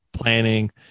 planning